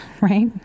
right